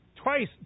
Twice